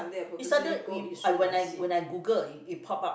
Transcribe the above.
is either we when I when I Google it it pop out